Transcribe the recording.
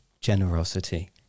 generosity